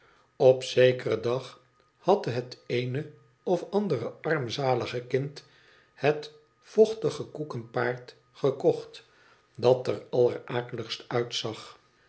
op zekeren dag had het eene of andere armzabge kind het vochtige koeken paard gekocht dat er allerakeügst uitzag